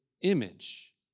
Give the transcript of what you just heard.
image